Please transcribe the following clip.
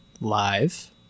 live